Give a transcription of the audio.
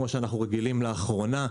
כמו שאנחנו רגילים לאחרונה,